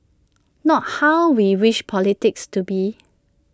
not how we wish politics to be